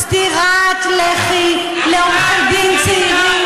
זו סטירת לחי לעורכי דין צעירים,